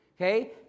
okay